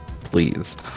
please